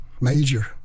major